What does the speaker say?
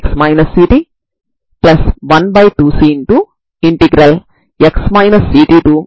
c2cos μa స్థిరాంకం అవుతుంది